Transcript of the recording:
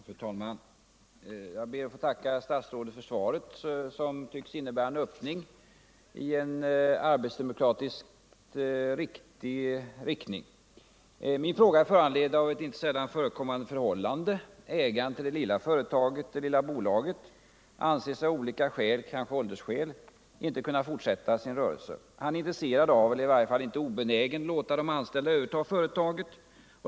Fru talman! Jag ber att få tacka statsrådet för svaret, som tycks innebära en öppning i arbetsdemokratisk riktning. Min fråga är föranledd av ett inte sällan förekommande förhållande. Ägaren till det lilla företaget, det lilla bolaget, anser sig av olika skäl —- kanske åldersskäl — inte kunna fortsätta rörelsen. Han är intresserad av, eller är i varje fall inte obenägen, att låta de anställda överta företaget.